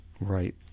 Right